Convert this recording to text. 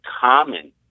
common